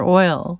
oil